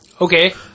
Okay